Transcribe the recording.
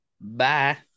Bye